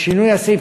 מצב איכות הסביבה